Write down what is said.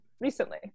recently